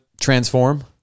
transform